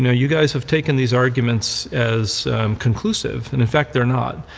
know, you guys have taken these arguments as conclusive, and in fact, they're not.